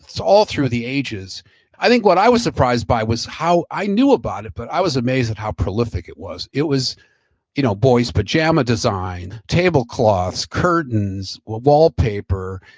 it's all through the ages i think what i was surprised by was, how i knew about it, but i was amazed at how prolific it was. it was you know boys pajama design, tablecloths, curtains, wallpaper,